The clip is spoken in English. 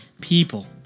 people